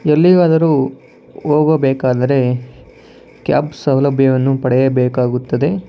ಎಲ್ಲಿಗಾದರೂ ಹೋಗಬೇಕಾದ್ರೆ ಕ್ಯಾಬ್ ಸೌಲಭ್ಯವನ್ನು ಪಡೆಯಬೇಕಾಗುತ್ತದೆ